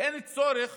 אין צורך